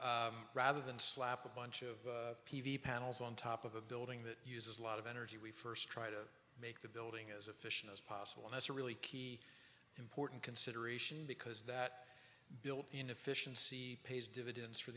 so rather than slap a bunch of p v panels on top of a building that uses a lot of energy we first try to make the building as efficient as possible and that's a really key important consideration because that built in efficiency pays dividends for